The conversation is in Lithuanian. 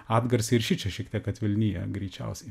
atgarsiai ir šičia šiek tiek atvilnija greičiausiai